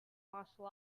martial